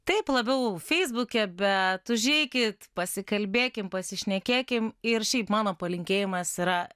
taip labiau feisbuke bet užeikit pasikalbėkim pasišnekėkim ir šiaip mano palinkėjimas yra